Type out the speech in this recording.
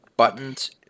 buttons